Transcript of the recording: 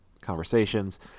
conversations